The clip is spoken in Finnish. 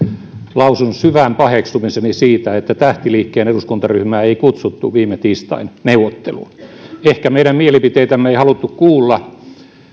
lausun syvän paheksumiseni siitä että tähtiliikkeen eduskuntaryhmää ei kutsuttu viime tiistain neuvotteluun ehkä meidän mielipiteitämme ei haluttu kuulla